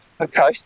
okay